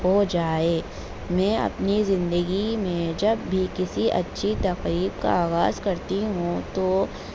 ہو جائے میں اپنی زندگی میں جب بھی کسی اچھی تفریح کا آغاز کرتی ہوں تو